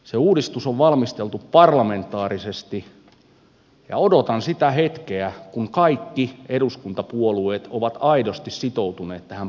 se uudistus on valmisteltu parlamentaarisesti ja odotan sitä hetkeä kun kaikki eduskuntapuolueet ovat aidosti sitoutuneet tähän parlamentaariseen valmisteluun